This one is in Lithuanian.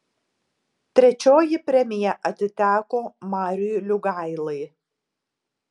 trečioji premija atiteko mariui liugailai